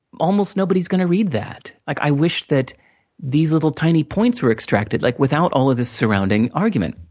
almost nobody's gonna read that. like i wish that these little, tiny points were extracted, like without all the surrounding argument.